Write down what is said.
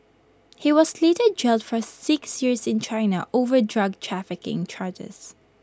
he was later jailed for six years in China over drug trafficking charges